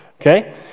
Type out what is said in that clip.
Okay